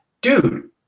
dude